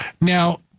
Now